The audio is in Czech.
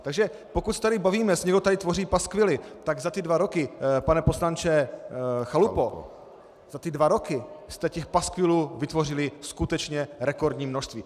Takže pokud se tady bavíme, jestli někdo tady tvoří paskvily, tak za ty dva roky, pane poslanče Chalupo, za ty dva roky jste těch paskvilů vytvořili skutečně rekordní množství.